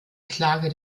klage